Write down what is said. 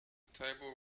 table